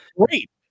Great